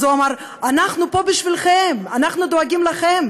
אז הוא אומר: אנחנו פה בשבילכם, אנחנו דואגים לכם.